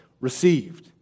received